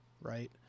right